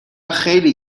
خیلی